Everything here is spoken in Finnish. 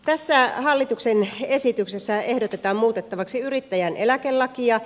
tässä hallituksen esityksessä ehdotetaan muutettavaksi yrittäjän eläkelakia